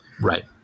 right